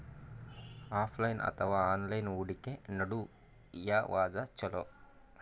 Offline ಅಥವಾ online ಹೂಡಿಕೆ ನಡು ಯವಾದ ಛೊಲೊ?